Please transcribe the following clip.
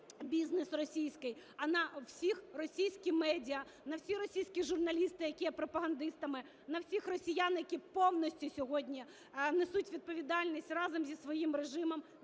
бізнес російський, а на всі російські медіа, на всіх російських журналістів, які є пропагандистами, на всіх росіян, які повністю сьогодні несуть відповідальність разом зі своїм режимом